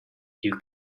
you